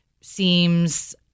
seems